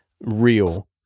real